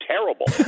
Terrible